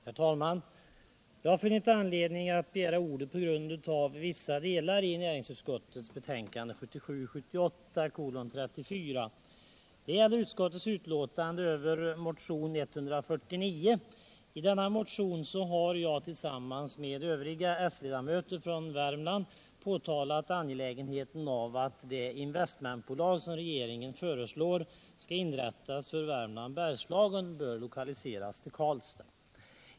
Herr talman! Jag har funnit anledning begära ordet på grund av vissa delar av näringsutskottets betänkande 1977/78:34. Det gäller bl.a. utskottets utlåtande över motionen 149. I motion 149 har jag tillsammans med övriga s-ledamöter från Värmland framhållit angelägenheten av att det av regeringen föreslagna investmentbolaget för Värmland-Bergslagen lokaliseras till Karlstad.